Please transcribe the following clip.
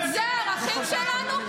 אלה הערכים שלנו?